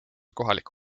kohalik